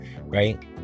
right